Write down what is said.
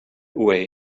away